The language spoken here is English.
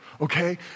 Okay